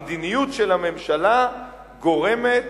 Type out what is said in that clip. המדיניות של הממשלה גורמת